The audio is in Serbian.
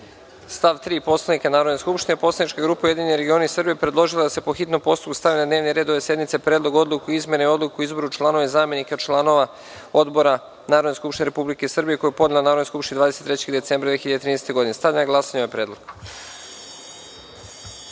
stav 3. Poslovnika Narodne skupštine, Poslanička grupa Ujedinjeni regioni Srbije predložila je da se, po hitnom postupku, stavi na dnevni red ove sednice Predlog odluke o izmeni Odluke o izboru članova i zamenika članova odbora Narodne skupštine Republike Srbije, koji je podnela Narodnoj skupštini Republike Srbije 23. decembra 2013. godine. Stavljam na glasanje ovaj predlog. Molim